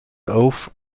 auf